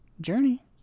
Journey